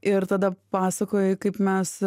ir tada pasakojai kaip mes